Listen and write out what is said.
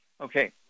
Okay